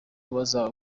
babaza